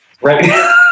right